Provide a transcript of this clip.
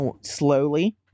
slowly